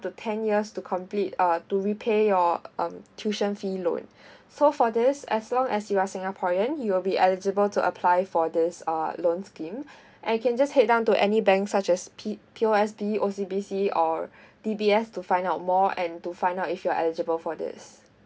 to ten years to complete uh to repay your um tuition fee loan so for this as long as you are singaporean you will be eligible to apply for this err loan scheme and you can just head down to any banks such as P P_O_S_B O_C_B_C or D_B_S to find out more and to find out if you're eligible for this